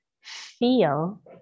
feel